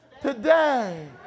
today